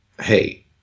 Hey